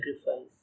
sacrifice